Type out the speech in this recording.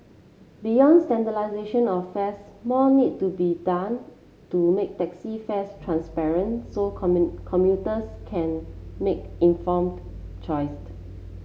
beyond standardisation of fares more need to be done to make taxi fares transparent so commuters can make informed choice